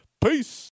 Peace